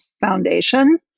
foundation